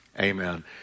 Amen